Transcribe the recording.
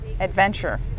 adventure